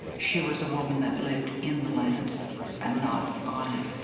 she was a woman that lived in the land and not on it.